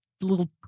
little